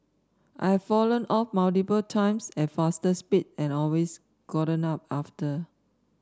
I've fallen off multiple times at faster speed and always gotten up after